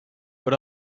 but